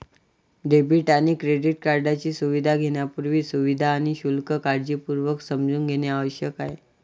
debit आणि credit कार्डची सुविधा घेण्यापूर्वी, सुविधा आणि शुल्क काळजीपूर्वक समजून घेणे आवश्यक आहे